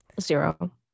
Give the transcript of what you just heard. Zero